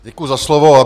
Děkuji za slovo.